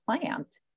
plant